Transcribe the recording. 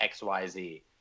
XYZ